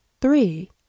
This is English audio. three